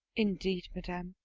indeed, madam,